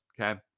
Okay